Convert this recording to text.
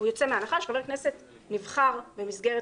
הכנסת יוצא מהנחה שחבר הכנסת נבחר במסגרת